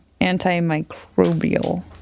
antimicrobial